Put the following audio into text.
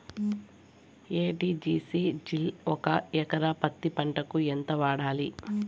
ఎ.టి.జి.సి జిల్ ఒక ఎకరా పత్తి పంటకు ఎంత వాడాలి?